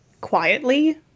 quietly